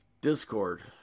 discord